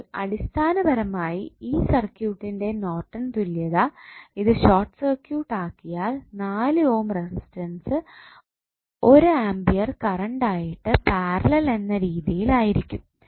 അപ്പോൾ അടിസ്ഥാനപരമായി ഈ സർക്യൂട്ടിൻറെ നോർട്ടൺ തുല്യത ഇത് ഷോർട്ട് സർക്യൂട്ട് ആക്കിയാൽ 4 ഓം റെസിസ്റ്റൻസ് ഒരു ആമ്പിയർ കറണ്ട് ആയിട്ട് പാരലൽ എന്ന രീതിയിൽ ആയിരിക്കും